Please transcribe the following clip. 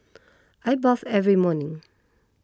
I bathe every morning